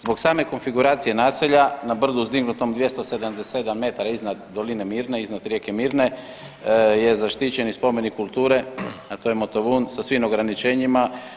Zbog same konfiguracije naselja na brdu uzdignutom 277 metara iznad doline Mirne, iznad rijeke Mirne, je zaštićeni spomenik kulture, a to je Motovun sa svim ograničenjima.